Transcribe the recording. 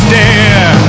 dare